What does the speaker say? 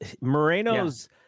Moreno's